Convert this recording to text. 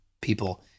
people